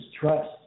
trust